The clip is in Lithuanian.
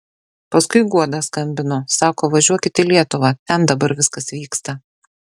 paskui guoda skambino sako važiuokit į lietuvą ten dabar viskas vyksta